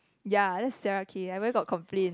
ya that's Sarah okay I where got complain